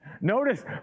Notice